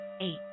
eight